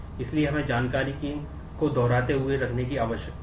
इसलिए हमें जानकारी को दोहराते हुए रखने की आवश्यकता है